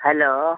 hello